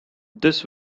this